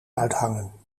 uithangen